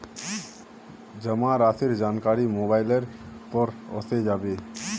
जमा राशिर जानकारी मोबाइलेर पर ओसे जाबे